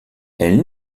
elle